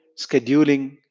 scheduling